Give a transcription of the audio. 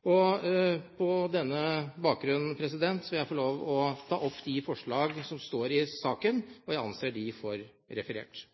Stortinget. På denne bakgrunn vil jeg få ta opp de forslagene som er i saken, og jeg anser dem som referert.